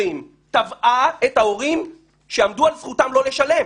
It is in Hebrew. תבעה את ההורים שעמדו על זכותם לא לשלם.